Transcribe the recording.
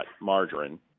margarine